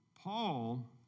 Paul